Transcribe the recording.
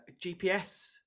GPS